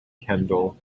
kendal